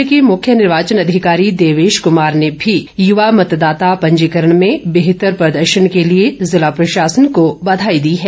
राज्य के मुख्य निर्वाचन अधिकारी देवेश क्मार ने भी युवा मतदाता पंजीकरण में बेहतर प्रदर्शन के लिए ज़िला प्रशासन को बधाई दी है